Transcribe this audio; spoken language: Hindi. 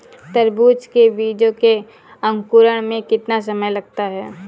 तरबूज के बीजों के अंकुरण में कितना समय लगता है?